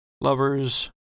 lovers